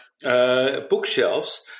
bookshelves